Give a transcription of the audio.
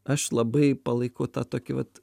aš labai palaikau tą tokį vat